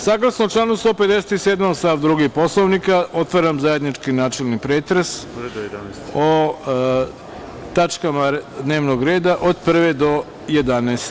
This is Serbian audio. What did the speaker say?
Saglasno članu 157. stav 2. Poslovnika, otvaram zajednički načelni pretres o tačkama dnevnog reda od 1. do 11.